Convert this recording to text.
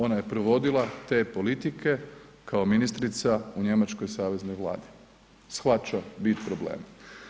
Ona je provodila te politike kao ministrica u Njemačkoj saveznoj vladi, shvaća bit problema.